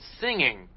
singing